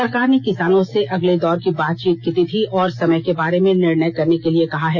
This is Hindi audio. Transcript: सरकार ने किसानों से अगले दौर की बातचीत की तिथि और समय के बारे में निर्णय करने के लिए कहा है